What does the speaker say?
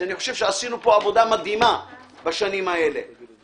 ואני חושב שעשינו עבודה מדהימה בשנים האלה פה.